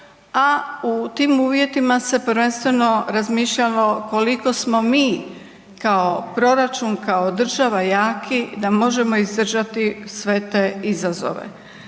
a u tim uvjetima se prvenstveno razmišljamo koliko smo mi kao proračun, kao država jaki, da možemo izdržati sve te izazove.